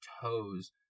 toes